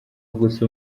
gusa